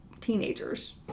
teenagers